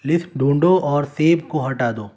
list ڈھونڈو اور سیب کو ہٹا دو